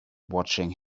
watching